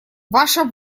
ваша